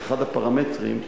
כאחד הפרמטרים,